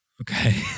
Okay